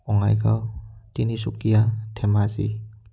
Bongaigaon Tinsukia Dhemaji